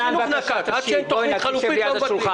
צעדים כמו שמשרד החינוך נקט עד שאין צעדים חלופיים לא מבטלים.